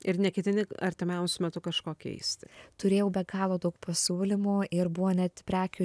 ir neketini artimiausiu metu kažko keisti turėjau be galo daug pasiūlymų ir buvo net prekių